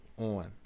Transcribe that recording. on